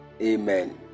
Amen